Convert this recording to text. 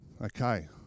Okay